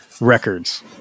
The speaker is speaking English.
records